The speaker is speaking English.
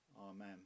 Amen